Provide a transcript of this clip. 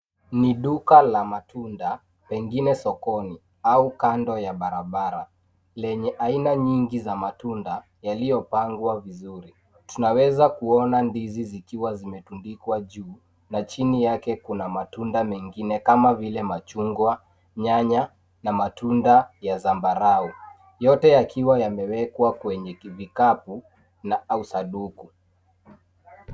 Ni duka la matunda, pengine sokoni au kando ya barabara lenye aina nyingi za matunda yaliyopangwa vizuri. Tunaweza kuona ndizi zikiwa zimetundikwa juu na chini yake kuna matunda mengine kama vile machungwa, nyanya na matunda ya zambarau. Yote yakiwa yamewekwa kwenye vikapu au sanduku.